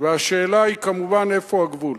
והשאלה היא, כמובן, איפה הגבול.